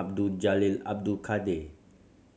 Abdul Jalil Abdul Kadir